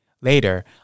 Later